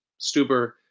Stuber